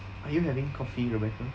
are you having coffee rebecca